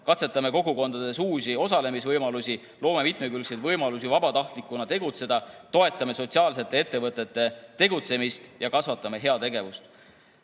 Katsetame kogukondades uusi osalemisvõimalusi, loome mitmekülgseid võimalusi vabatahtlikuna tegutseda, toetame sotsiaalsete ettevõtete tegutsemist ja kasvatame heategevust.